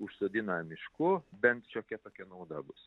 užsodina mišku bent šiokia tokia nauda bus